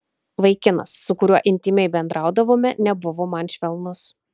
vaikinas su kuriuo intymiai bendraudavome nebuvo man švelnus